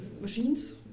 machines